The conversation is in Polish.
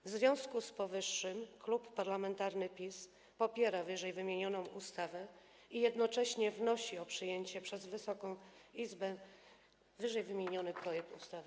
W związku z powyższym Klub Parlamentarny PiS popiera ww. ustawę i jednocześnie wnosi o przyjęcie przez Wysoką Izbę ww. projektu ustawy.